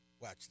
Watch